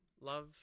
love